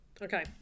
Okay